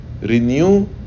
renew